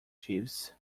jeeves